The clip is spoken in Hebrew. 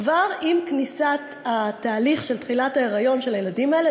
כבר עם כניסת התהליך של תחילת ההיריון של הילדים האלה,